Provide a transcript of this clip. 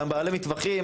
ובעלי המטווחים,